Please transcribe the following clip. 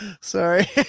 Sorry